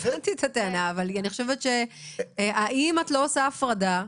את לא עושה הפרדה,